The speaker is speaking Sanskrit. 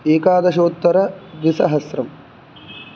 एकादशोत्तरद्विसहस्रम्